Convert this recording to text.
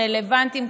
רלוונטיים,